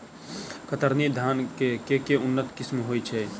कतरनी धान केँ के उन्नत किसिम होइ छैय?